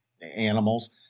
animals